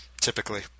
Typically